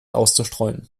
auszustreuen